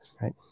right